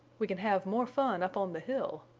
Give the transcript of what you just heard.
we can have more fun up on the hill,